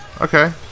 Okay